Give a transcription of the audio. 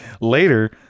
Later